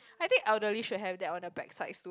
I think elderly should have that on their backside too